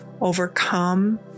overcome